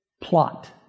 plot